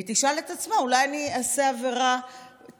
היא תשאל את עצמה: אולי אני אעשה עברת הון?